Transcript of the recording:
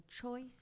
choice